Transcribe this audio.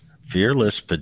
Fearless